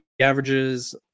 averages